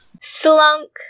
Slunk